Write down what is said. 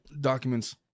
documents